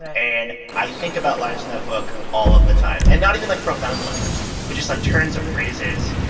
and and i think about lines in that book all of the time and not even, like, profound ones but just, like, turns of phrases.